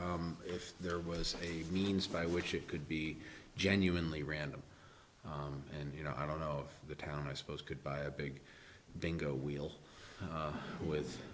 if there was a means by which it could be genuinely random and you know i don't know the town i suppose could buy a big bingo wheel with